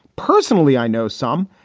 personally, i know some.